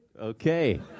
Okay